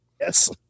Yes